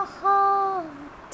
heart